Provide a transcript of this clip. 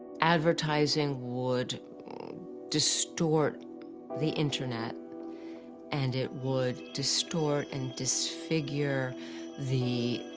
advertising would distort the internet and it would distort and disfigure the,